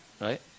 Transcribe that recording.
right